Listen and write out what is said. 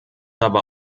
aber